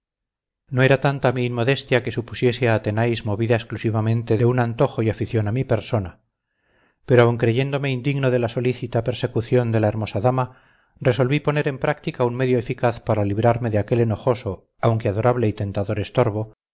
no era tanta mi inmodestia que supusiese a athenais movida exclusivamente de un antojo y afición a mi persona pero aún creyéndome indigno de la solícita persecución de la hermosa dama resolví poner en práctica un medio eficaz para librarme de aquel enojoso aunque adorable y tentador estorbo